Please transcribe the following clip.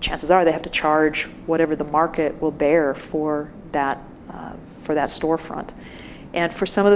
chances are they have to charge whatever the market will bear for that for that storefront and for some of the